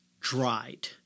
dried